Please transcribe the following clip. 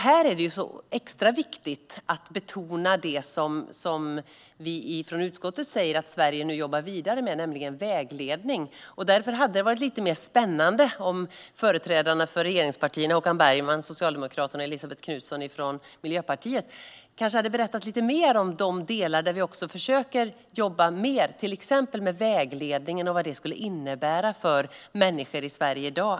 Här är det extra viktigt att betona det som utskottet vill att Sverige nu ska jobba vidare med, nämligen vägledning. Därför hade det varit lite mer spännande om företrädarna för regeringspartierna Håkan Bergman, Socialdemokraterna, och Elisabet Knutsson, Miljöpartiet, hade berättat lite mer om de delar som vi försöker att jobba mer med, till exempel om vägledningen, och vad det skulle innebära för människor i Sverige i dag.